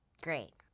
Great